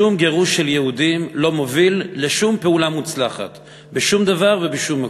שום גירוש של יהודים לא מוביל לשום פעולה מוצלחת בשום דבר ובשום מקום,